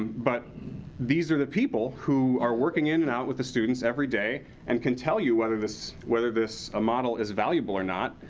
but these are the people who are working in and out with the students, every day. and can tell you whether this whether this ah model is valuable or not.